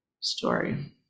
story